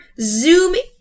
zooming